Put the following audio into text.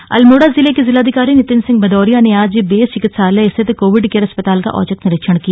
निरीक्षण अल्मोडा जिले के जिलाधिकारी नितिन सिंह भदौरिया ने आज बेस चिकित्सालय स्थित कोविड केयर अस्पताल का औचक निरीक्षण किया